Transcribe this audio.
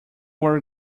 were